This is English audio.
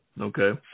Okay